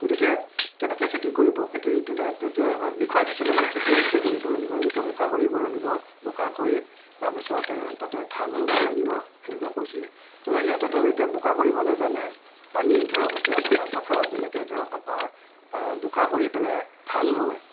গতিকে কেনেকে খেতি কৰিব খেতি তেতিয়া তেতিয়া দেখুৱাই দিছিলে যে খেতি এনেকে কৰিব লাগিব এনেকে বোকা কৰিব লাগিব বোকা কৰি তাৰপিছত তাতে ধান ৰুব লাগিছিলে হেনেকুৱা কৈছিলে সিহঁতেতো বোকা কৰিব নাজানে পানী ধৰক এতিয়া পথাৰত যেনেকে ধৰক আমাৰ বোকা কৰি পেলাই ধান ৰোৱে